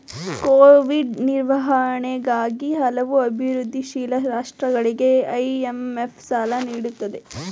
Covid ನಿರ್ವಹಣೆಗಾಗಿ ಹಲವು ಅಭಿವೃದ್ಧಿಶೀಲ ರಾಷ್ಟ್ರಗಳಿಗೆ ಐ.ಎಂ.ಎಫ್ ಸಾಲ ನೀಡುತ್ತಿದೆ